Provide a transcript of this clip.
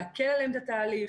להקל עליהם את התהליך,